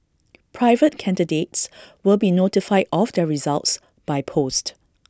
private candidates will be notified of their results by post